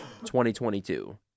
2022